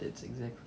that's exactly